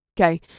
okay